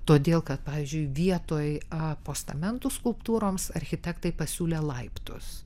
todėl kad pavyzdžiui vietoj a postamentų skulptūroms architektai pasiūlė laiptus